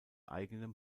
eigenem